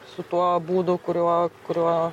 su tuo būdu kuriuo kuriuo